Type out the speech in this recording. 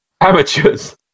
Amateurs